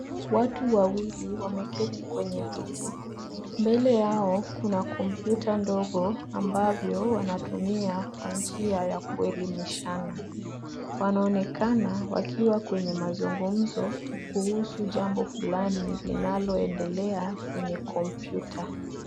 Watu wawili wameketi kwenye viti. Mbele yao kuna kompyuta ndogo ambavyo wanatumia kwa njia ya kuelimishana. Wanaonekana wakiwa kwenye mazungumzo kuhusu jambo fulani linaloendelea kwenye kompyuta.